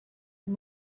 and